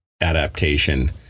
adaptation